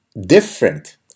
different